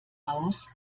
aus